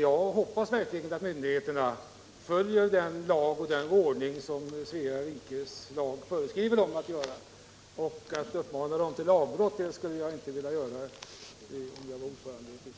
Jag hoppas verkligen att myndigheterna följer de riktlinjer som Svea rikes lag föreskriver dem att göra. Om jag vore ordförande i utskottet, skulle jag inte vilja uppmana dem till att bryta emot detta.